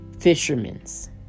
fishermen's